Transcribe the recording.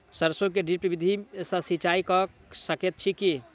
सैरसो मे ड्रिप विधि सँ सिंचाई कऽ सकैत छी की?